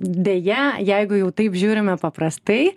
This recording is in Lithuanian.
deja jeigu jau taip žiūrime paprastai